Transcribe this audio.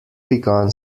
begun